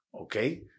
Okay